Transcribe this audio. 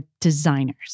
designers